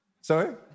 Sorry